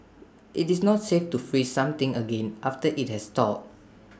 IT is not safe to freeze something again after IT has thawed